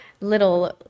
little